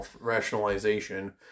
rationalization